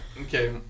Okay